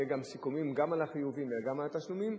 יהיו סיכומים גם על החיובים וגם על התשלומים.